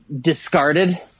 discarded